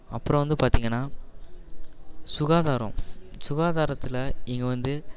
அப்புறம் வந்து பார்த்தீங்கன்னா சுகாதாரம் சுகாதாரத்தில் இங்கே வந்து